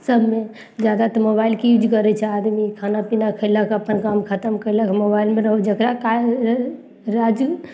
सबमे जादा तऽ मोबाइलके यूज करय छै आदमी खाना पीना खेलक अपन काम खतम कयलक मोबाइलमे जकरा काज राज